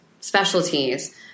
specialties